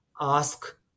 ask